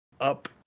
up